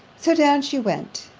so down she went.